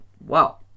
Wow